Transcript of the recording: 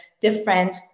different